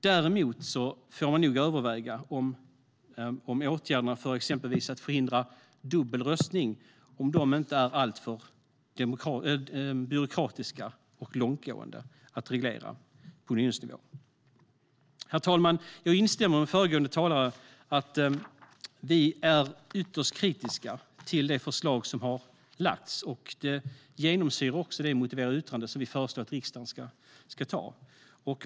Däremot får man nog överväga om inte åtgärderna när det gäller reglering på unionsnivå för att till exempel förhindra dubbel röstning är alltför byråkratiska och långtgående. Herr talman! Jag instämmer med föregående talare om att vi är ytterst kritiska till det förslag som har lagts fram. Det genomsyrar också det motiverade yttrande som vi föreslår att riksdagen ska anta.